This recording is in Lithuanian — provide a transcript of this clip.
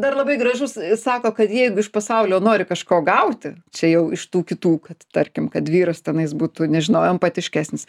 dar labai gražus sako kad jeigu iš pasaulio nori kažko gauti čia jau iš tų kitų kad tarkim kad vyras tenais būtų nežinau empatiškesnis